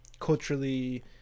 culturally